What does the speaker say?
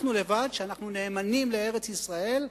אנחנו לבד, אנחנו שנאמנים לארץ-ישראל,